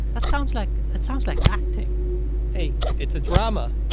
that sounds like that sounds like acting hey, it's a drama